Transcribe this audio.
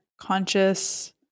conscious